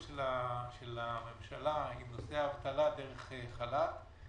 של הממשלה עם נושא האבטלה דרך חל"ת.